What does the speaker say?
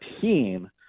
team